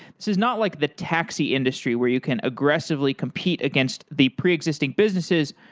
this is not like the taxi industry where you can aggressively compete against the pre-existing businesses.